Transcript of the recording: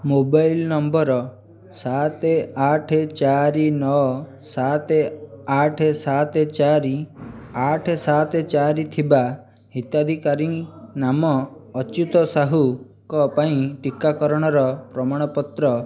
mobile number ସାତ ଆଠ ଚାରି ନଅ ସାତ ଆଠ ସାତ ଚାରି ଆଠ ସାତ ଚାରି ଥିବା ହିତାଧିକାରୀ ନାମ ଅଚ୍ୟୁତ ସାହୁଙ୍କ ପାଇଁ ଟିକାକରଣର ପ୍ରମାଣପତ୍ର